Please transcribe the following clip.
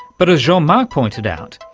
but as jean-marc pointed out,